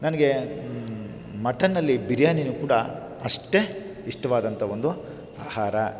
ನನಗೆ ಮಟನ್ನಲ್ಲಿ ಬಿರಿಯಾನಿ ಕೂಡ ಅಷ್ಟೇ ಇಷ್ಟವಾದಂಥ ಒಂದು ಆಹಾರ